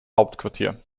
hauptquartier